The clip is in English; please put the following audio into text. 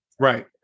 Right